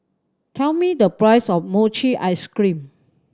tell me the price of mochi ice cream